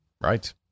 right